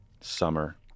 summer